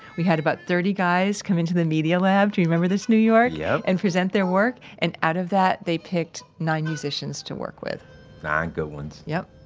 we had about thirty guys come into the media lab, do you remember this new york? yep, and present their work. and out of that, they picked nine musicians to work with nine good ones i